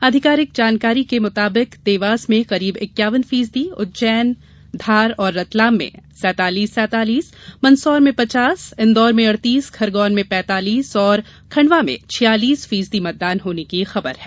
आधिकारिक जानकारी के मुताबिक देवास में करीब इक्यावन फीसदी उज्जैन में सैतालीस मंदसौर में पचास रतलाम में सैतालीस धार में सैतालीस इंदौर में अड़तीस खरगोन में पैतालीस और खंडवा में छियालीस फीसदी मतदान होने की खबर है